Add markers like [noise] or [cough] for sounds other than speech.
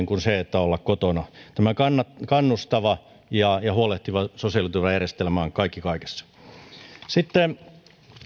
[unintelligible] kuin olla kotona tämä kannustava ja ja huolehtiva sosiaaliturvajärjestelmä on kaikki kaikessa sitten